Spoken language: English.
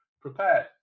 prepared